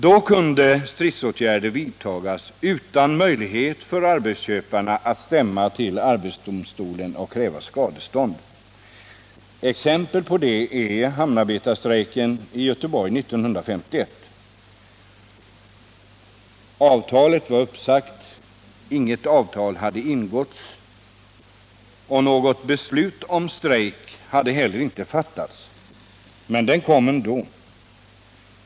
Då kunde stridsåtgärd vidtas utan att arbetsköparna hade möjlighet att stämma inför arbetsdomstolen och kräva skadestånd. Exempel på det är hamnarbetarstrejken i Göteborg 1951. Avtalet var då uppsagt och inget nytt hade ingåtts. Något beslut om strejk hade dock inte fattats — den kom ändå.